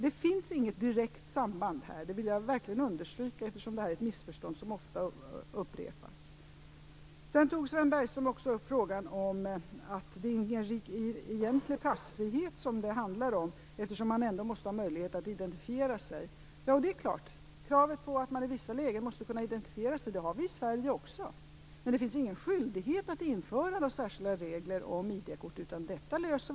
Det finns inget direkt samband - det vill jag verkligen understryka, eftersom detta är ett missförstånd som upprepas ofta. Sven Bergström sade också att det inte är någon egentlig passfrihet eftersom man ändå måste ha möjlighet att identifiera sig. Kravet på att man i vissa lägen måste kunna identifiera sig har vi i Sverige också. Men det finns ingen skyldighet att införa särskilda regler om ID-kort.